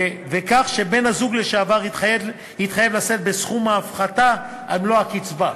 ולכך שבן-הזוג לשעבר יתחייב לשאת בסכום ההפחתה על מלוא הקצבה,